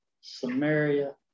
Samaria